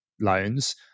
loans